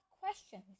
questions